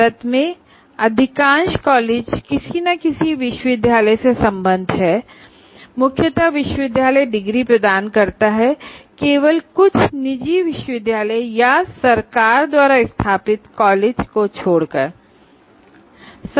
भारत में अधिकांश कॉलेज किसी न किसी विश्वविद्यालय से संबद्ध हैं केवल कुछ निजी विश्वविद्यालय या सरकार या तो राज्य या केंद्र द्वारा स्थापित कॉलेज को छोड़कर मुख्यता विश्वविद्यालय डिग्री प्रदान करता है